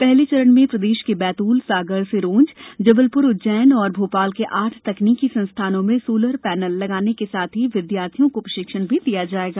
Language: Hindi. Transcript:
पहले चरण में प्रदेश के बैतूल सागर सिरोंज जबलपुर उज्जैन और भोपाल के आठ तकनीकी संस्थानों में सोलर पैनल लगाने के साथ ही विद्यार्थियों को प्रशिक्षण भी दिया जायेगा